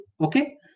okay